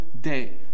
day